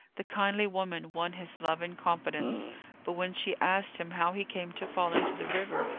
the kindly woman won his love and confidence but when she asked him how he came to fall into the river,